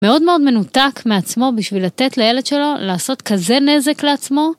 מאוד מאוד מנותק מעצמו בשביל לתת לילד שלו לעשות כזה נזק לעצמו.